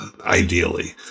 ideally